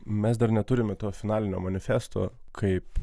mes dar neturime to finalinio manifesto kaip